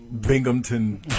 Binghamton